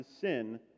sin